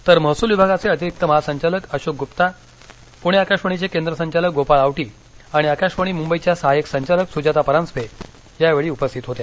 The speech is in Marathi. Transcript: तर महसूल विभागाचे अतिरिक्त महासंचालक अशोक गूप्ता पूणे आकाशवाणीचे केंद्र संचालक गोपाळ आवटी आणि आकाशवाणी मुंबईच्या सहाय्यक संचालक सूजाता परांजपे या वेळी उपस्थित होत्या